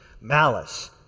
malice